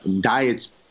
Diet's –